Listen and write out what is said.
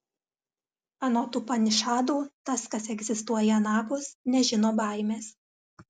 anot upanišadų tas kas egzistuoja anapus nežino baimės